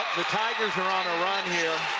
the tigers are on a run here